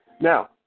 Now